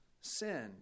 sin